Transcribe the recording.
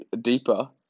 deeper